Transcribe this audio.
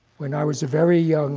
when i was a very young